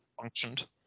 functioned